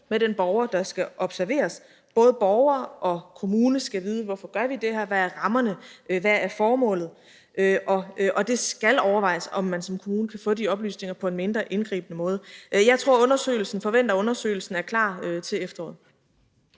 med den borger, der skal observeres. Både borgere og kommune skal vide, hvorfor de gør det her. Hvad er rammerne, hvad er formålet? Og det skal overvejes, om man som kommune kan få de oplysninger på en mindre indgribende måde. Jeg forventer, at undersøgelsen er klar til efteråret.